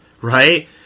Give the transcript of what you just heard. right